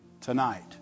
tonight